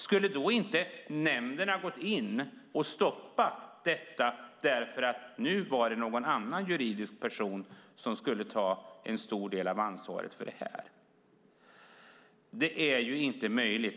Skulle nämnden då inte ha gått in och stoppat detta därför att det nu var någon annan juridisk person som skulle ta en stor del av ansvaret för detta? Det är inte möjligt.